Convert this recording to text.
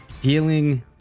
dealing